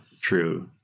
true